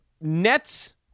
Nets